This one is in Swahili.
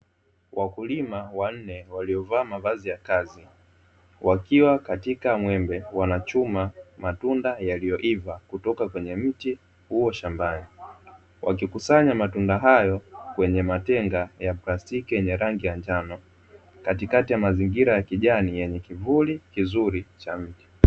Wakulima wanne waliovaa mavazi ya kazi, wakiwa katika mwembe. Wanachuma matunda yaliyoiva kutoka kwenye mti ulio shambani, wakikusanya matunda hayo kwenye matenga ya plastiki yenye rangi ya njano, katikati ya mazingira ya kijani yenye kivuli kizuri cha mti.